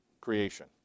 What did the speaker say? creation